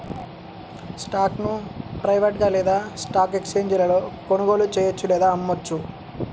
స్టాక్ను ప్రైవేట్గా లేదా స్టాక్ ఎక్స్ఛేంజీలలో కొనుగోలు చెయ్యొచ్చు లేదా అమ్మొచ్చు